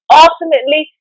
ultimately